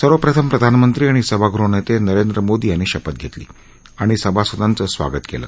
सर्वप्रथम प्रधानमंत्री आणि सभागृह नेते नरेंद्र मोदी यांनी शपथ घेतली आणि सभासदांचं स्वागत केलं